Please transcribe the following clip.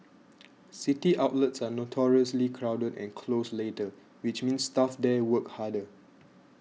city outlets are notoriously crowded and close later which means staff there work harder